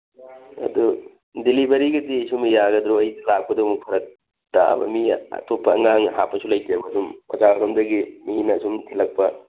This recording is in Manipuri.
ꯑꯗꯨ ꯗꯤꯂꯤꯚꯔꯤꯒꯤꯗꯤ ꯁꯨꯝ ꯌꯥꯒꯗ꯭ꯔꯣ ꯑꯩꯁꯨ ꯂꯥꯛꯄꯗꯣ ꯑꯃꯨꯛ ꯐꯔꯛ ꯇꯥꯕ ꯃꯤ ꯑꯇꯣꯞꯄ ꯑꯉꯥꯡ ꯍꯥꯞꯄꯁꯨ ꯂꯩꯇꯦꯕ ꯑꯗꯨꯝ ꯕꯖꯥꯔꯂꯣꯝꯗꯒꯤ ꯃꯤꯅ ꯁꯨꯝ ꯊꯤꯜꯂꯛꯄ